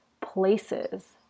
places